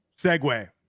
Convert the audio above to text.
segue